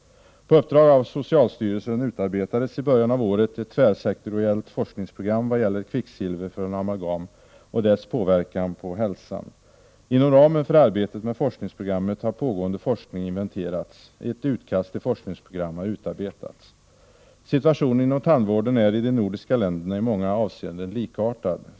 På uppdrag av socialstyrelsen utarbetades i början av året ett tvärsektoriellt forskningsprogram vad gäller kvicksilver från amalgam och dess påverkan på hälsan. Inom ramen för arbetet med forskningsprogrammet har pågående forskning inventerats. Ett utkast till forskningsprogram har utarbetats. Situationen inom tandvården är i de nordiska länderna i många avseenden likartad.